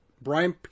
Brian